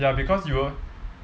ya because you were